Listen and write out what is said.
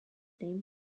name